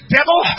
Devil